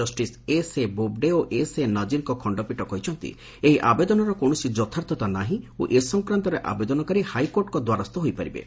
କଷିସ S A Bobde ଓ ଏସ୍ଏନଜୀରଙ୍କ ଖଣ୍ତପୀଠ କହିଛନ୍ତି ଏହି ଆବେଦନର କୌଣସି ଯଥାର୍ଥତା ନାହି ଓ ଏ ସଂକ୍ରାନ୍ତରେ ଆବେଦନକାରୀ ହାଇକୋର୍ଟଙ୍କ ଦ୍ୱାରସ୍ଥ ହୋଇପାରିବେ